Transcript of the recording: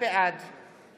בעד